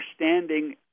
understanding